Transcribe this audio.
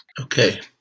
Okay